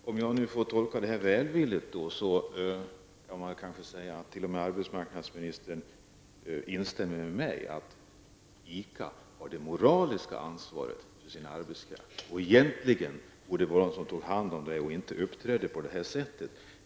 Herr talman! Om jag får tolka arbetsmarknadsministerns svar välvilligt kanske man kan säga att hon t.o.m. instämmer med mig i att ICA har det moraliska ansvaret gentemot sin arbetskraft. Egentligen borde det vara någon som tog hand om problemen och inte uppträdde på detta sätt.